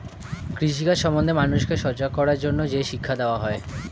কৃষি কাজ সম্বন্ধে মানুষকে সজাগ করার জন্যে যে শিক্ষা দেওয়া হয়